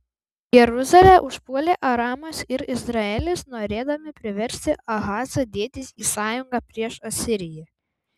jeruzalę užpuolė aramas ir izraelis norėdami priversti ahazą dėtis į sąjungą prieš asiriją